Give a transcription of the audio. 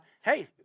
hey